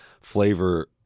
flavor